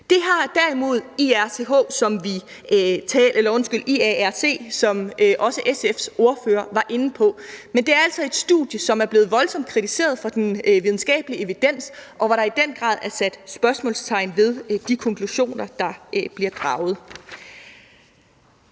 Det har derimod IARC, som også SF's ordfører var inde på, men det er altså et studie, som er blevet voldsomt kritiseret for den videnskabelige evidens, og hvor der i den grad er sat spørgsmålstegn ved de konklusioner, der bliver draget.